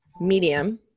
medium